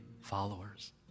followers